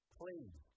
please